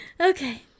Okay